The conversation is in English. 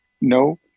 No